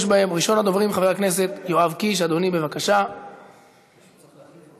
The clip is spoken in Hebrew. בחוק השבות, בקליטה מהסוג השני, אני לא מוכן,